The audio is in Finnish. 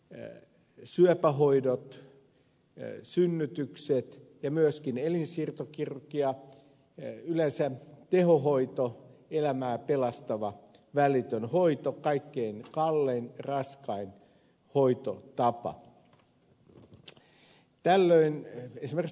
kirurgia nimenomaan syöpähoidot synnytykset ja myöskin elinsiirtokirurgia yleensä tehohoito elämää pelastava välitön hoito kaikkein kallein ja raskain hoitotapa